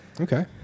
Okay